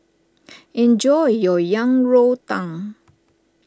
enjoy your Yang Rou Tang